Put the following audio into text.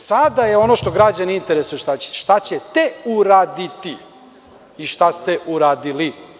Sada je ono što građane interesuje šta ćete uraditi ili šta ste uradili.